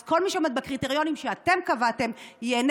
אז כל מי שעומד בקריטריונים שאתם קבעתם ייהנה